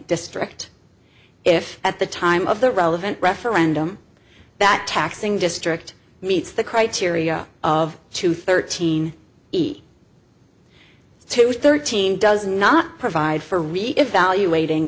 district if at the time of the relevant referendum that taxing district meets the criteria of two thirteen two thirteen does not provide for reevaluating